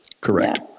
Correct